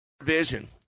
vision